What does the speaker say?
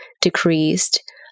decreased